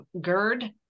GERD